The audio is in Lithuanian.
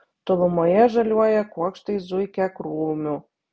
tolumoje žaliuoja kuokštai zuikiakrūmių